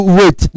wait